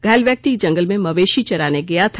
घायल व्यक्ति जंगल में मवेशी चराने गया था